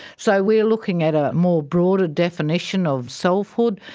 so we are looking at a more broader definition of selfhood,